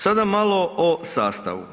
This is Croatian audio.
Sada malo o sastavu.